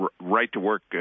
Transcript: right-to-work